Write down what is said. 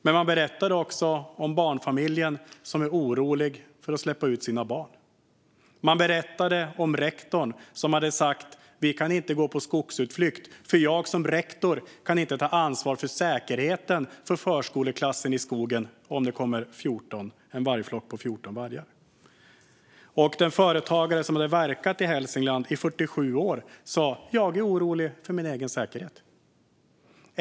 De berättade också om barnfamiljen som är orolig för att släppa ut sina barn. De berättade om rektorn som hade sagt: Vi kan inte gå på skogsutflykt. Jag som rektor kan inte ta ansvar för säkerheten för förskoleklassen i skogen om det kommer en vargflock på 14 vargar. En företagare som hade verkat i Hälsingland i 47 år sa: Jag är orolig för min egen säkerhet.